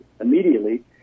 immediately